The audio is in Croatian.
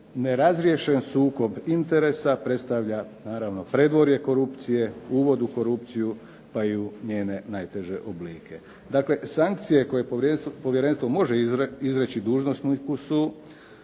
ne razriješen sukob interesa predstavlja naravno predvorje korupcije, uvod u korupciju pa i u njene najteže oblike. Dakle, sankcije koje povjerenstvo može izreći dužnosniku su